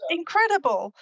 incredible